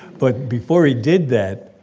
but before he did that,